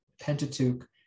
Pentateuch